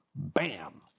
Bam